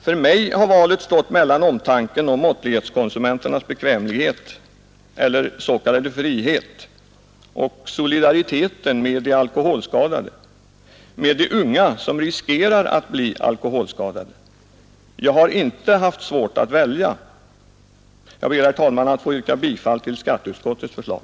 För mig har valet stått mellan omtanken om måttlighetskonsumentens bekvämlighet — eller s.k. frihet — och solidariteten med de alkoholskadade, med de unga som riskerar att bli alkoholskadade. Jag har inte haft svårt att välja. Jag ber, herr talman, att få yrka bifall till skatteutskottets förslag.